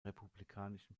republikanischen